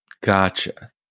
Gotcha